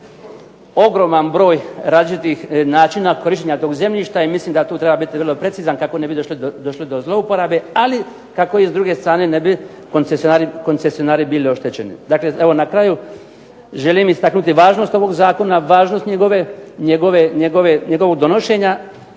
ogroman broj različitih načina korištenja tog zemljišta i mislim da tu treba biti vrlo precizan kako ne bi došlo do zlouporabe. Ali kako i s druge strane ne bi koncesionari bili oštećeni. Dakle, evo na kraju želim istaknuti važnost ovog zakona, važnost njegovog donošenja.